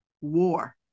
war